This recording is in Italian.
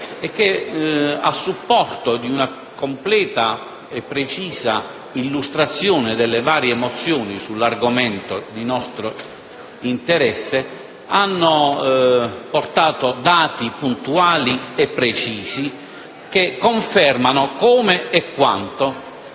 e che a supporto di una completa e precisa illustrazione delle varie mozioni sull'argomento di nostro interesse hanno portato dati puntuali, che confermano come e quanto